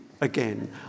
again